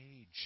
age